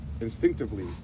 instinctively